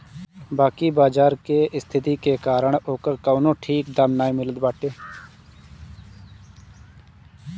बाकी बाजार के स्थिति के कारण ओकर कवनो ठीक दाम नाइ मिलत बाटे